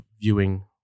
viewing